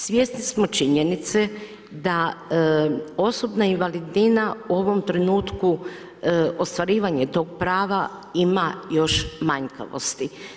Svjesni smo činjenice, da osobna invalidnina, u ovom trenutku, ostvarivanje tog prava, ima još manjkavosti.